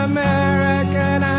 American